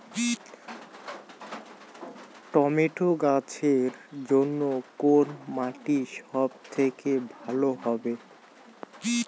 Tomato লাগানোর জন্যে কোন মাটি সব থেকে ভালো হবে?